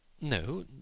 No